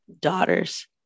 daughters